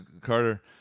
Carter